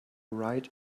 right